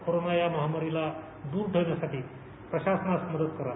corona या महामारीला दुर ठेवण्यासाठी प्रशासनास मदत करा